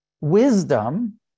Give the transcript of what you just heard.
Wisdom